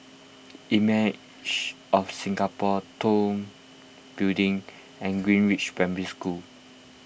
Images of Singapore Tong Building and Greenridge Primary School